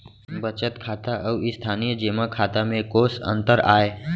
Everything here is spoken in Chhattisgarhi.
बचत खाता अऊ स्थानीय जेमा खाता में कोस अंतर आय?